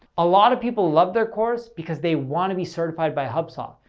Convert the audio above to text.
a lot of people love their course because they want to be certified by hubspot,